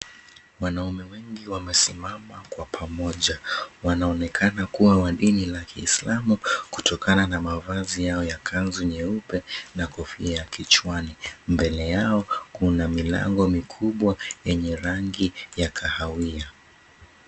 Wanaume wengi wamesimama kwa pamoja, wanaonekana kuwa wa dini la Kiislamu kutokana na mavazi yao ya Kanzu nyeupe na kofia kichwani. Mbele yao, kuna milango mikubwa yenye rangi ya kahawia.